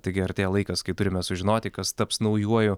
taigi artėja laikas kai turime sužinoti kas taps naujuoju